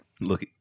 Look